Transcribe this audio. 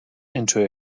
into